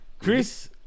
Chris